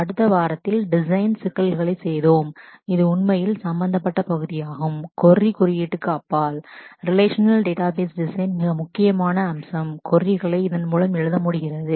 அடுத்த வாரத்தில் டிசைன் சிக்கல்களைச் விவாதம் செய்தோம் இது உண்மையில் சம்பந்தப்பட்ட பகுதியாகும் கொரி இன்டெக்ஸ்க்கு அப்பால் ரிலேஷநல் டேட்டாபேஸ் டிசைன் மிக முக்கியமான அம்சம் கொரிகளை இதன் மூலம் எழுத முடிகிறது